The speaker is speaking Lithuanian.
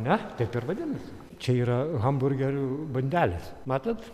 na taip ir vadinasi čia yra hamburgerių bandelės matot